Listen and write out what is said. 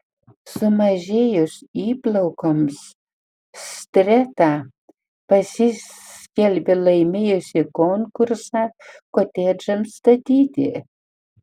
sumažėjus įplaukoms streta pasiskelbė laimėjusi konkursą kotedžams statyti